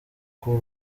bakuru